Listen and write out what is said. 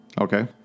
Okay